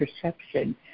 perception